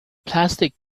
plastic